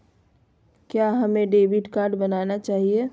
क्या हमें debit card बनाना चाहिए?